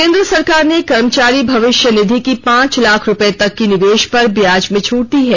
केन्द्र सरकार ने कर्मचारी भविष्य निधि की पांच लाख रूपये तक की निवेश पर ब्याज में छूट दी है